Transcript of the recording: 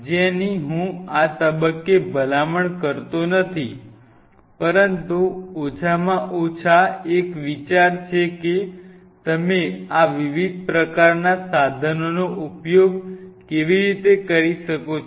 જેની હું આ તબક્કે ભલામણ કરતો નથી પરંતુ ઓછામાં ઓછા એક વિચાર છે કે તમે આ વિવિધ પ્રકારના સાધનોનો ઉપયોગ કેવી રીતે કરી શકો છો